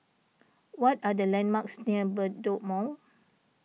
what are the landmarks near Bedok Mall